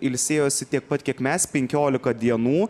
ilsėjosi tiek pat kiek mes penkiolika dienų